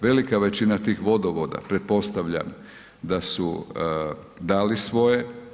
Velika većina tih vodovoda, pretpostavljam da su dali svoje.